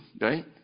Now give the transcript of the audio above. right